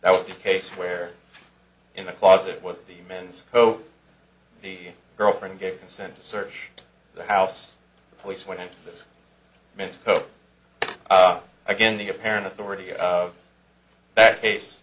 that was the case where in the clause it was the mens so the girlfriend gave consent to search the house the police went in this misspoke again the apparent authority of that case